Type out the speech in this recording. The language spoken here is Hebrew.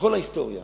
בכל ההיסטוריה.